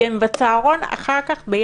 כי בצהרון הם יחד אחר כך.